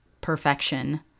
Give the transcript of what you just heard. perfection